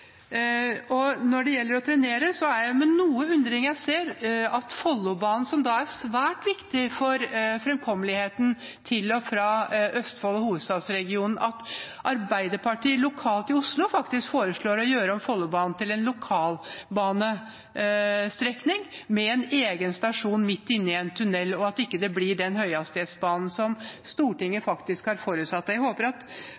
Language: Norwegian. Når det gjelder å trenere, er det med noe undring jeg ser når det gjelder Follobanen – som er svært viktig for fremkommeligheten til og fra Østfold og hovedstadsregionen – at Arbeiderpartiet lokalt i Oslo faktisk foreslår å gjøre den om til en lokalbanestrekning med en egen stasjon midt inne i en tunnel, og at det ikke blir den høyhastighetsbanen som Stortinget faktisk har forutsatt. Jeg håper at